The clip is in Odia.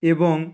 ଏବଂ